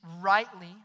rightly